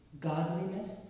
godliness